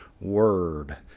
word